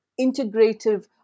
integrative